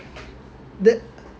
the~